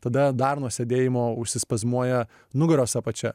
tada dar nuo sėdėjimo užsispazmuoja nugaros apačia